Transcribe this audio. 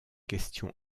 questions